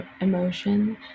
emotion